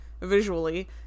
visually